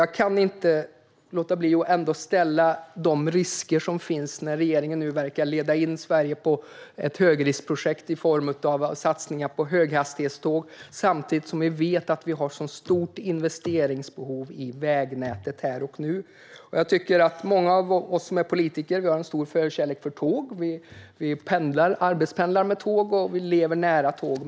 Jag kan inte låta bli att ta upp de risker som finns när regeringen nu verkar leda in Sverige på ett högriskprojekt i form av satsningar på höghastighetståg, samtidigt som vi vet att det finns så stort investeringsbehov i vägnätet här och nu. Många av oss politiker har en stor förkärlek för tåg; vi arbetspendlar med tåg och lever nära tåg.